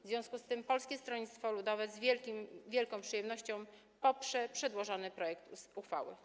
W związku z tym Polskie Stronnictwo Ludowe z wielką przyjemnością poprze przedłożony projekt uchwały.